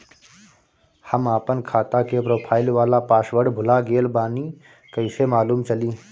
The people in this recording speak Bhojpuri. हम आपन खाता के प्रोफाइल वाला पासवर्ड भुला गेल बानी कइसे मालूम चली?